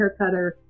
haircutter